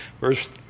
Verse